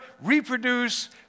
reproduce